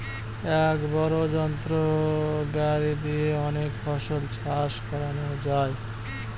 এক বড় যন্ত্র গাড়ি দিয়ে অনেক ফসল চাষ করানো যায়